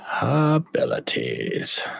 Abilities